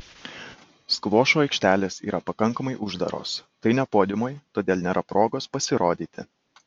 skvošo aikštelės yra pakankamai uždaros tai ne podiumai todėl nėra progos pasirodyti